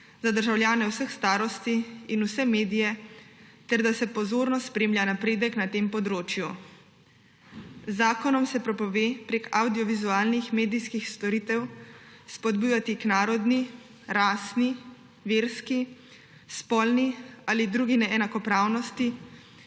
za državljane vseh starosti in vse medije ter da se pozorno spremlja napredek na tem področju. Z zakonom se prepove prek avdiovizualnih medijskih storitev spodbujati k narodni, rasni, verski, spolni ali drugi neenakopravnosti,